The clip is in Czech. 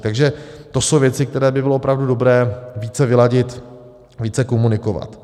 Takže to jsou věci, které by bylo opravdu dobré více vyladit, více komunikovat.